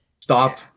stop